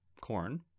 corn